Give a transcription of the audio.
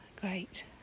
great